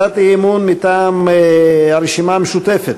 הצעת האי-אמון מטעם הרשימה המשותפת: